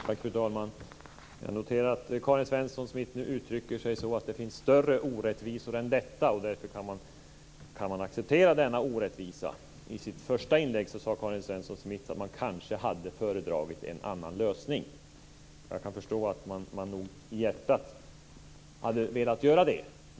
Fru talman! Jag noterar att Karin Svensson Smith nu uttrycker sig så att det finns större orättvisor än denna, och att man därför kan acceptera den. I sitt första inlägg sade hon att man kanske hade föredragit en annan lösning. Jag kan förstå att man nog i hjärtat hade velat göra det.